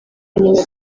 nyina